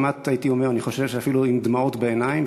אני חושב שאפילו עם דמעות בעיניים,